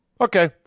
Okay